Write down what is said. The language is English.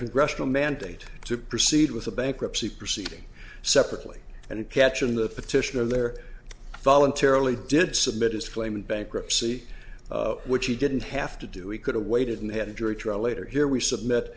congressional mandate to proceed with a bankruptcy proceeding separately and catchin the petition of their voluntarily did submit his claim in bankruptcy which he didn't have to do we could have waited and had a jury trial later here we